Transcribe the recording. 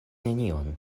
nenion